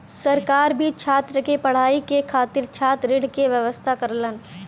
सरकार भी छात्र के पढ़ाई के खातिर छात्र ऋण के व्यवस्था करलन